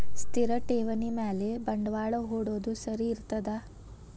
ಸ್ಥಿರ ಠೇವಣಿ ಮ್ಯಾಲೆ ಬಂಡವಾಳಾ ಹೂಡೋದು ಸರಿ ಇರ್ತದಾ?